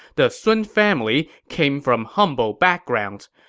the sun family came from humble backgrounds.